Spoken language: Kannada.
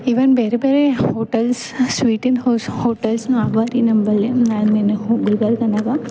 ಇವನ್ ಬೇರೆ ಬೇರೆ ಹೋಟೆಲ್ಸ್ ಸ್ವೀಟಿನ ಹೌಸ್ ಹೋಟೆಲ್ಸ್ನು ಅವಾರೀ ನಂಬಲ್ಲಿ ನಾನು ಇನ್ನು ಗುಲ್ಬರ್ಗನಾಗ